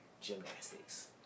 Gymnastics